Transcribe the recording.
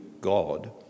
God